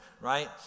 right